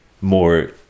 more